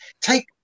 take